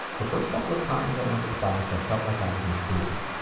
the first couple of times i went to class i felt like i was intruding.